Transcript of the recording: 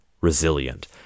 resilient